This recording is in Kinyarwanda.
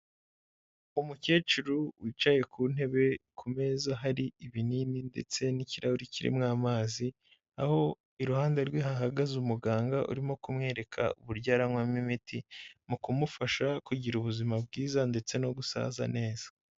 Umukecuru wicaye ku ntebe ku meza hari ibinini ndetse n'ikirahuri kirimo amazi aho iruhande rwe hahagaze umuganga urimo kumwereka uburyo aranywamo imiti, mu kumufasha kugira ubuzima bwiza ndetse no gusaza neza.